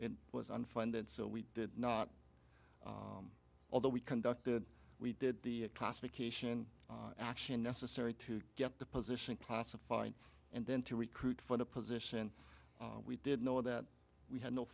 p was unfunded so we did not although we conducted we did the classification action necessary to get the position classified and then to recruit for the position we did know that we had no